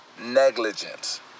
negligence